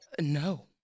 No